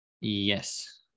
Yes